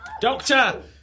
Doctor